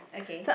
okay